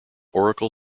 oracle